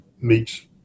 meets